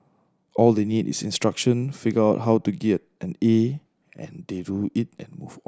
all they need is instruction figure out how to get an A and they do it and move on